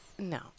No